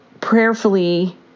prayerfully